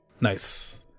Nice